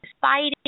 fighting